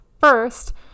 First